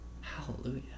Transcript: hallelujah